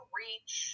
reach